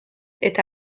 eta